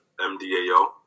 MDAO